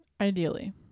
Ideally